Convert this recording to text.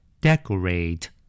Decorate